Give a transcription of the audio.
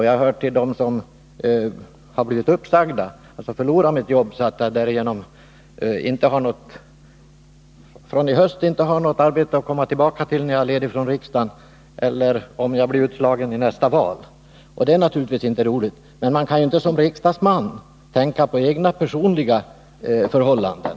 Jag hör till dem som har blivit uppsagda och förlorat mitt jobb. Från i höst har jag alltså inte något arbete att komma tillbaka till när jag är ledig från riksdagen eller om jag blir utslagen i nästa val. Det är naturligtvis inte roligt, men man kan ju inte i arbetet som riksdagsman tänka på sina personliga förhållanden.